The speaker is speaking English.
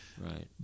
right